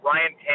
Ryan